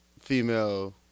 female